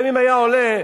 וגם אם היה עולה,